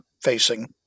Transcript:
facing